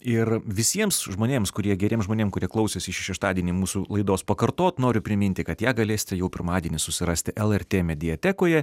ir visiems žmonėms kurie geriem žmonėm kurie klausėsi šį šeštadienį mūsų laidos pakartot noriu priminti kad ją galėsit jau pirmadienį susirasti el er tė mediatekoje